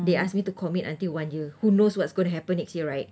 they ask me to commit until one year who knows what's going to happen next year right